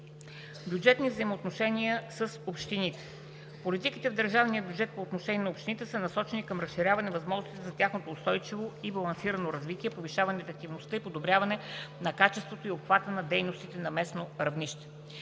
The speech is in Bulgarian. Бюджетни взаимоотношения с общините. Политиките в държавния бюджет по отношение на общините са насочени към разширяване на възможностите за тяхното устойчиво и балансирано развитие, повишаване ефективността и подобряване на качеството и обхвата на дейностите на местно равнище.